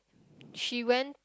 she went